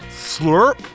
slurp